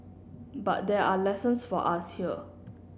but there are lessons for us here